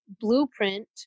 blueprint